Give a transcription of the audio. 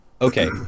Okay